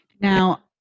now